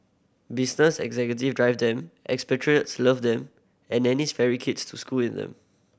business executive drive them expatriates love them and nannies ferry kids to school in them